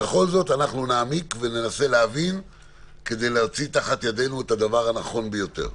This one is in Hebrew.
בכל זאת נעמיק וננסה להבין ולהוציא מתחת ידנו את הדבר הנכון ביותר.